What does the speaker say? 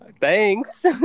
thanks